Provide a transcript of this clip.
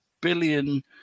billion